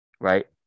right